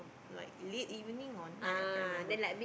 like later even or night I can't remember